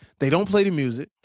they don't play the music.